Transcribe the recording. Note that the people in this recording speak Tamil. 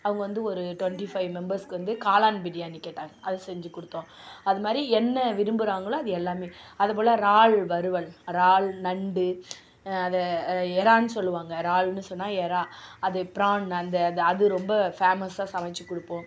அவங்க வந்து ஒரு ட்வென்ட்டி ஃபைவ் மெம்பர்ஸ்க்கு வந்து காளான் பிரியாணி கேட்டாங்க அது செஞ்சு கொடுத்தோம் அதுமாதிரி என்ன விரும்புகிறாங்களோ அது எல்லாமே அது போல் இறால் வறுவல் இறால் நண்டு அதை இறானு சொல்லுவாங்க இறால்னு சொன்னால் எறால் அது பிரான் அந்த அது ரொம்ப ஃபேமஸ்ஸாக சமைச்சி கொடுப்போம்